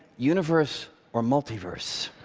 universe or multiverse?